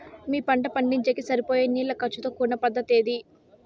మీ పంట పండించేకి సరిపోయే నీళ్ల ఖర్చు తో కూడిన పద్ధతి ఏది?